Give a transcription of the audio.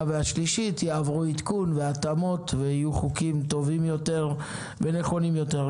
והשלישית יעברו עדכון והתאמות ויהיו חוקים טובים יותר ונכונים יותר.